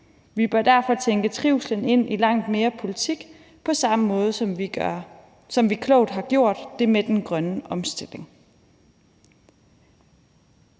Vi bør derfor tænke trivslen ind i langt mere politik, på samme måde som vi klogt har gjort det med den grønne omstilling.«